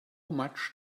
much